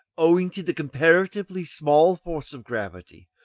owing to the comparatively small force of gravity,